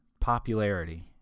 popularity